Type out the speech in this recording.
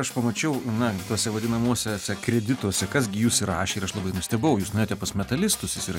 aš pamačiau na tuose vadinamuosiuose kredituose kas gi jūs įrašė ir aš labai nustebau jūs nuėjote pas metalistus įsira